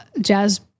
jazz